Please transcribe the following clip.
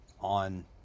on